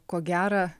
ko gera